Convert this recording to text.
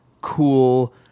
cool